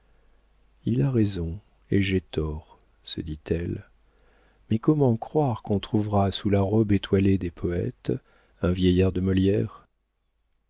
il a raison et j'ai tort se dit-elle mais comment croire qu'on trouvera sous la robe étoilée des poëtes un vieillard de molière